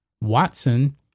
Watson